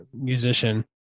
musician